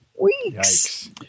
weeks